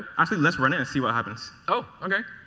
actually, let's run it and see what happens. oh, okay.